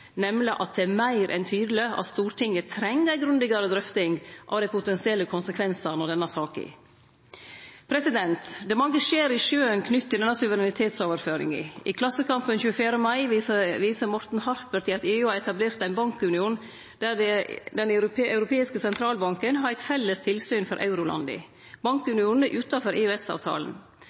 nemleg at det er meir enn tydeleg at Stortinget treng ei grundigare drøfting av dei potensielle konsekvensane av denne saka. Det er mange skjær i sjøen knytt til denne suverenitetsoverføringa. I Klassekampen 24. mai viser Morten Harper til at EU har etablert ein bankunion der Den europeiske sentralbanken er eit felles tilsyn for eurolanda. Bankunionen er utanfor